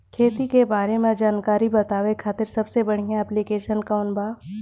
खेती के बारे में जानकारी बतावे खातिर सबसे बढ़िया ऐप्लिकेशन कौन बा?